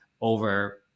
over